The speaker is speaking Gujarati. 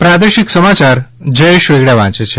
પ્રાદેશિક સમાચાર જયેશ વેગડા વાંચે છે